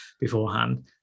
beforehand